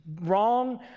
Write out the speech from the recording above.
wrong